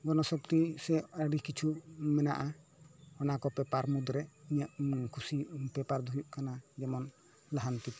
ᱜᱚᱱᱚ ᱥᱚᱠᱛᱤ ᱥᱮ ᱟᱹᱰᱤ ᱠᱤᱪᱷᱩ ᱢᱮᱱᱟᱜᱼᱟ ᱚᱱᱟ ᱠᱚ ᱯᱮᱯᱟᱨ ᱢᱩᱫᱽᱨᱮ ᱤᱧᱟᱹᱜ ᱠᱩᱥᱤ ᱯᱮᱯᱟᱨ ᱫᱚ ᱦᱩᱭᱩᱜ ᱠᱟᱱᱟ ᱡᱮᱢᱚᱱ ᱞᱟᱦᱟᱱᱛᱤ